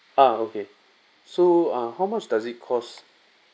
ah okay so uh how much does it cost